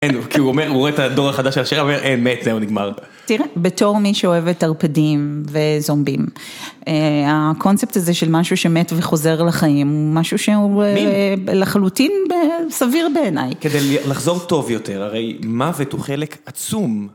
כי הוא אומר, הוא רואה את הדור החדש של השירה והוא אומר, אין, מת, זהו, נגמר. תראה, בתור מי שאוהבת ערפדים וזומבים, הקונספט הזה של משהו שמת וחוזר לחיים הוא משהו שהוא לחלוטין סביר בעיניי. כדי לחזור טוב יותר, הרי מוות הוא חלק עצום.